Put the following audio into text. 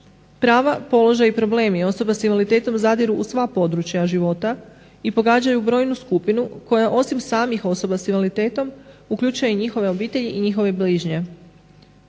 Prava, položaji i problemi osoba s invaliditetom zadiru u sva područja života i pogađaju brojnu skupinu koja osim samih osoba s invaliditetom uključuje i njihove obitelji i njihove bližnje.